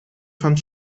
van